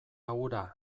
hura